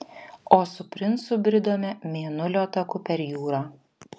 o su princu bridome mėnulio taku per jūrą